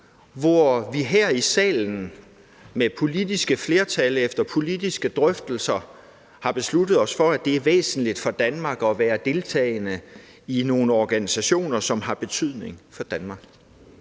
har her i salen med politisk flertal efter politiske drøftelser besluttet os for, at det er væsentligt for Danmark at være deltagende i nogle organisationer, som har betydning for Danmark.